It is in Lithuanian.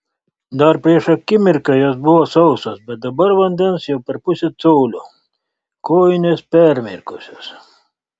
dar prieš akimirką jos buvo sausos bet dabar vandens jau per pusę colio kojinės permirkusios